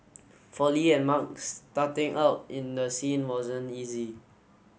for Li and Mark starting out in the scene wasn't easy